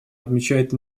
отмечает